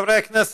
חברי הכנסת,